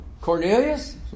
Cornelius